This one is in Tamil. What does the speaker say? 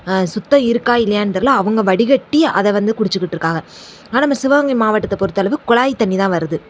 சுத்தம் இருக்கா இல்லையானு தெரில அவங்க வடிகட்டி அதை வந்து குடிச்சுக்கிட்ருக்காங்க ஆனால் நம்ம சிவகங்கை மாவட்டத்தை பொறுத்த அளவு குழாய் தண்ணி தான் வருது